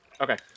Okay